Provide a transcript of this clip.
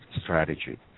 strategy